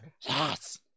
yes